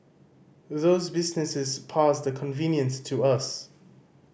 those businesses pass the convenience to us